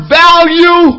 value